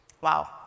Wow